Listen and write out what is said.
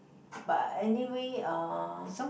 but anyway uh